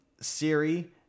Siri